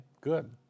good